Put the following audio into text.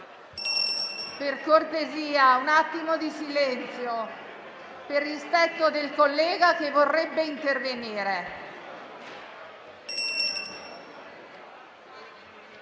per cortesia, un attimo di silenzio, per rispetto del collega che vorrebbe intervenire.